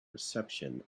reception